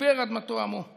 וכִפר אדמתו עמו";